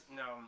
no